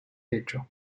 hecho